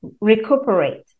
recuperate